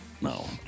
no